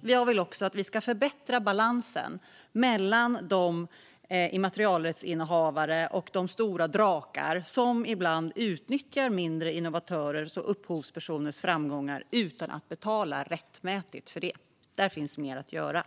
Jag vill också att vi ska förbättra balansen mellan de immaterialrättsinnehavare och de stora drakar som ibland utnyttjar mindre innovatörers och upphovspersoners framgångar utan att betala rättmätigt för det. Där finns mer att göra.